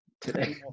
today